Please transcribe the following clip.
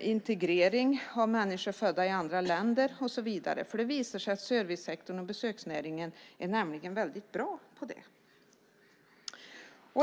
integrering av människor födda i andra länder och så vidare. Det visar sig nämligen att servicesektorn och besöksnäringen är väldigt bra på det.